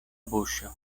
buŝo